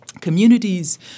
communities